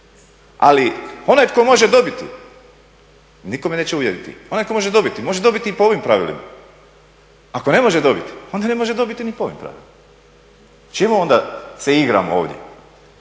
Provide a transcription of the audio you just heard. Ali, onaj tko može dobiti, nitko me neće uvjeriti, onaj tko može dobiti, može dobiti i po ovim pravilima. Ako ne može dobiti onda ne može dobiti ni po ovim pravilima. Čemu onda se igramo ovdje?